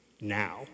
now